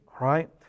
right